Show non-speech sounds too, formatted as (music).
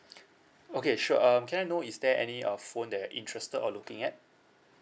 (noise) okay sure um can I know is there any uh phone that you're interested or looking at